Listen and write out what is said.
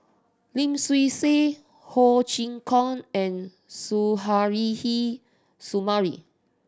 Lim Swee Say Ho Chee Kong and Suzairhe Sumari